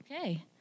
Okay